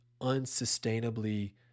unsustainably